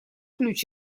ключ